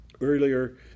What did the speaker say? earlier